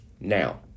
now